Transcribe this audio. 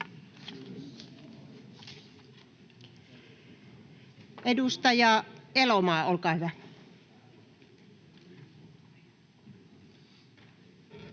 Edustaja Elomaa, olkaa hyvä.